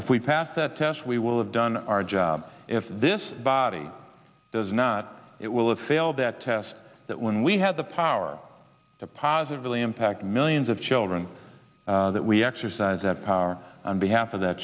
if we pass that test we will have done our job if this body does not it will have failed that test that when we have the power to positively impact millions of children that we exercise that power on behalf of that